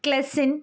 ക്ലെസിൻ